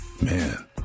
Man